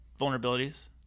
vulnerabilities